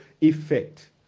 effect